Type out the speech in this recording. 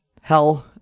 hell